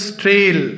trail